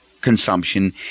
consumption